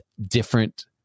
different